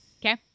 Okay